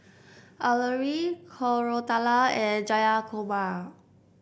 Alluri Koratala and Jayakumar